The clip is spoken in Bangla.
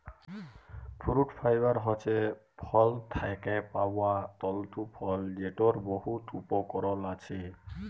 ফুরুট ফাইবার হছে ফল থ্যাকে পাউয়া তল্তু ফল যেটর বহুত উপকরল আছে